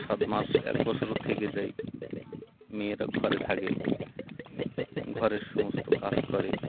সাত মাস এক বছর থেকে যাই মেয়েরা ঘরে থাকে ঘরের সমস্ত কাজ করে